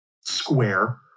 square